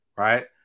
Right